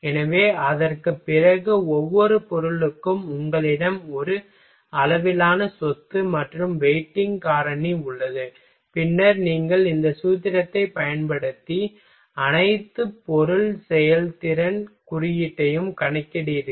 எனவே அதற்குப் பிறகு ஒவ்வொரு பொருளுக்கும் உங்களிடம் ஒரு அளவிலான சொத்து மற்றும் வெயிட்டிங் காரணி உள்ளது பின்னர் நீங்கள் இந்த சூத்திரத்தைப் பயன்படுத்தி அனைத்து பொருள் செயல்திறன் குறியீட்டையும் கணக்கிடுகிறீர்கள்